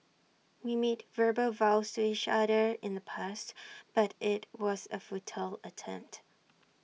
we made verbal vows to each other in the past but IT was A futile attempt